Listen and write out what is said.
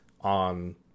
on